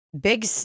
big